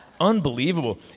Unbelievable